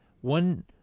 one